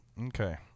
Okay